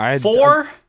Four